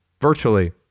virtually